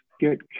Get